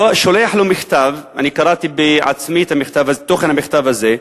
שולח לו מכתב, אני קראתי בעצמי את תוכן המכתב הזה: